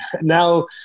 now